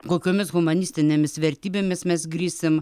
kokiomis humanistinėmis vertybėmis mes grįsim